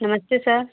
नमस्ते सर